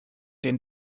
den